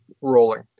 rolling